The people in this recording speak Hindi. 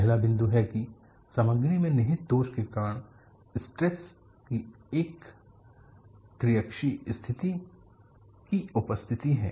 पहला बिंदु है की सामग्री में निहित दोष के कारण स्ट्रेस की एक त्रिअक्षीय स्थिति की उपस्थिति है